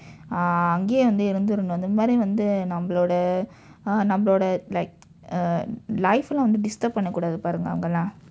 ah அங்கையே வந்து இருந்துருனும் இந்த மாதிரி வந்து நம்மளுடைய நம்மளுடைய:ankaiyee vandthu irundthurunum indtha maathiri vandthu nammaludaya nammaludaya uh like uh life எல்லாம் வந்து:ellaam vandthu disturb பண்ண கூடாது:panna kuudaathu